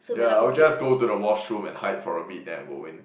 ya I'll just go to the washroom and hide for a bit then I go in